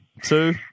two